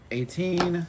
Eighteen